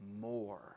more